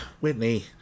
Whitney